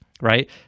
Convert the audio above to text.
right